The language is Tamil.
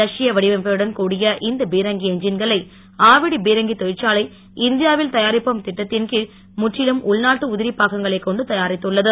ரஷ்ய வடிவமைப்புடன் கூடிய இந்த பீரங்கி எஞ்சின்களை ஆவடி பீரங்கி தொழிற்சாலை இந்தியாவில் தயாரிப்போம் இட்டத்தின் கீழ் முற்றிலும் உள்நாட்டு உதிரி பாகங்களை கொண்டு தயாரித்துள்ளது